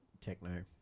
Techno